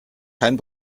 kein